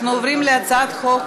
אנחנו עוברים להצעת חוק